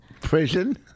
Prison